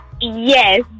Yes